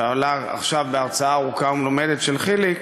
ועלה עכשיו בהרצאה ארוכה ומלומדת של חיליק,